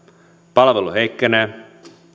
palvelu heikkenee